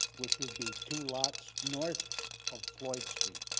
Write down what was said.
which would be two lots north of floyd street.